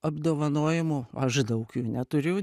apdovanojimų aš daug jų neturiu